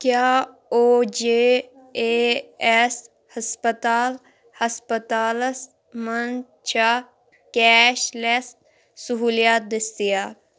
کیٛاہ او جے اے اٮ۪س ہسپتال ہسپتالَس منٛز چھےٚ کیش لٮ۪س صحولِیات دٔستیاب